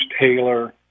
Taylor